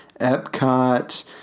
Epcot